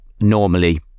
normally